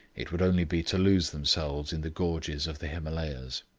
it would only be to lose themselves in the gorges of the himalayas.